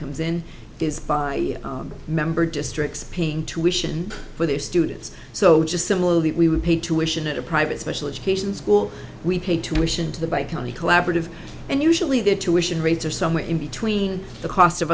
comes in is by member districts paying tuition for their students so just similarly we would pay tuition at a private special education school we pay tuition to the by county collaborative and usually their tuition rates are somewhere in between the c